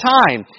time